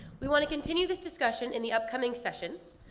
we want to continue this discussion in the upcoming session.